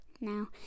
now